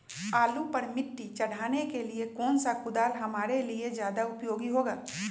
आलू पर मिट्टी चढ़ाने के लिए कौन सा कुदाल हमारे लिए ज्यादा उपयोगी होगा?